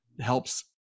helps